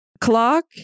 clock